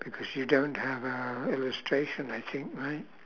because you don't have a illustration I think right